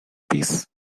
piece